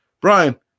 brian